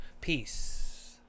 Peace